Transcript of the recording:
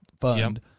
fund